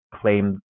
claim